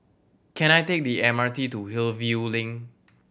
can I take the M R T to Hillview Link